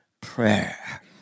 prayer